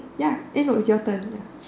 ya eh no it's your turn